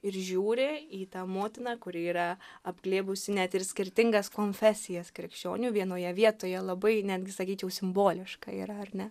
ir žiūri į tą motiną kuri yra apglėbusi net ir skirtingas konfesijas krikščionių vienoje vietoje labai netgi sakyčiau simboliška yra ar ne